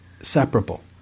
separable